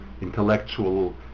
intellectual